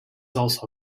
also